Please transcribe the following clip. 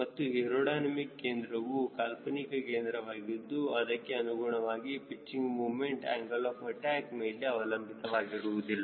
ಮತ್ತು ಏರೋಡೈನಮಿಕ್ ಕೇಂದ್ರವು ಕಾಲ್ಪನಿಕ ಕೇಂದ್ರವಾಗಿದ್ದು ಅದಕ್ಕೆ ಅನುಗುಣವಾಗಿ pitching moment angle of attack ಮೇಲೆ ಅವಲಂಬಿತ ಆಗಿರುವುದಿಲ್ಲ